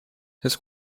his